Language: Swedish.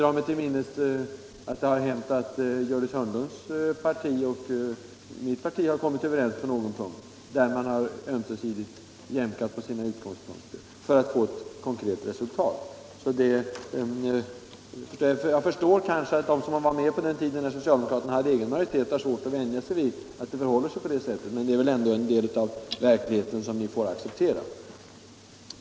dra mig till minnes att det har hänt att Gördis Hörnlunds parti och mitt parti har kommit överens i något ärende, sedan man ömsesidigt har gått ifrån sina utgångspunkter för att få ett konkret resultat. Jag kan förstå att de som var med på den tiden då socialdemokraterna hade egen majoritet i riksdagen har svårt att vänja sig vid det nuvarande förhållandet, men det är en verklighet som ni får acceptera.